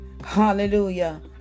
Hallelujah